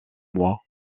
mois